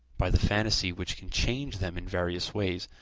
by the fantasy which can change them in various ways,